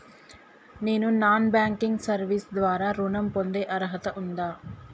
నేను non banking service ద్వారా ఋణం పొందే అర్హత ఉందా?